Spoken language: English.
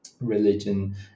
religion